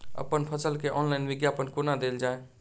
अप्पन फसल केँ ऑनलाइन विज्ञापन कोना देल जाए?